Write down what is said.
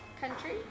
country